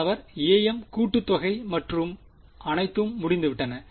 மாணவர் amகூட்டுத்தொகை மற்றும் அனைத்தும் முடிந்துவிட்டன